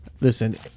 listen